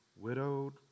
widowed